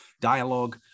dialogue